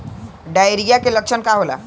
Diarrhoea के लक्षण का होला?